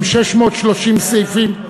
עם 630 סעיפים,